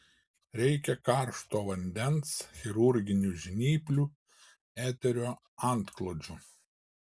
reikia karšto vandens chirurginių žnyplių eterio antklodžių